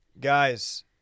Guys